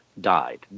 died